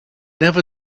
never